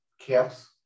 camps